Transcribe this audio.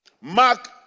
Mark